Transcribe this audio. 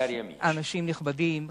אנשים נכבדים,